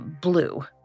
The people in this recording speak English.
blue